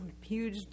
huge